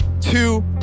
two